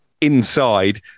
inside